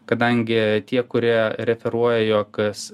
kadangi tie kurie referuoja jog kas